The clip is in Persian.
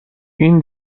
این